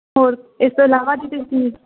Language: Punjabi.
ਹੋਰ ਇਸ ਤੋਂ ਇਲਾਵਾ ਜੀ ਤੁਸੀਂ